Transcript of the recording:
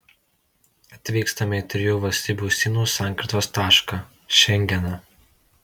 atvykstame į trijų valstybių sienų sankirtos tašką šengeną